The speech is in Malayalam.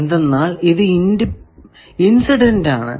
എന്തെന്നാൽ ഇത് ഇൻസിഡന്റ് ആണ്